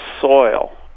soil